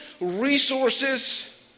resources